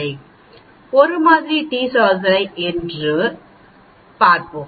1 மாதிரி t சோதனை என்று கார்டன் பார்ப்போம்